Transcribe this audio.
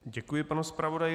Děkuji panu zpravodaji.